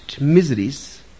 Miseries